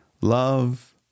love